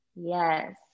Yes